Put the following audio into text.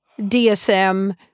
DSM